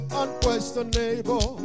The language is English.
unquestionable